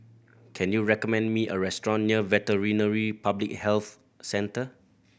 can you recommend me a restaurant near Veterinary Public Health Centre